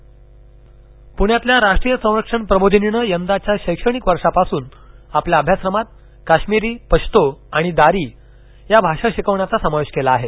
N D A प्ण्यातील राष्ट्रीय संरक्षण प्रबोधिनीनं यंदाच्या शैक्षणिक वर्षापासून आपल्या अभ्यासक्रमात काश्मिरी पश्तो आणि दारी भाषा शिकवण्याचा समावेश केला आहे